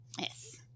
Yes